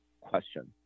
question